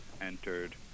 entered